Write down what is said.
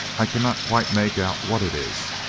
i cannot quite make out what it is.